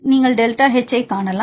நீங்கள் delta H ஐக் காணலாம்